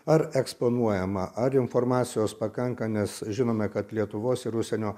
ar eksponuojama ar informacijos pakanka nes žinome kad lietuvos ir užsienio